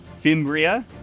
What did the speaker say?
Fimbria